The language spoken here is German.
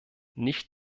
nicht